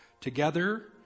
Together